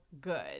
good